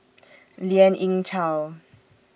Lien Ying Chow